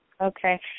Okay